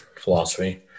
philosophy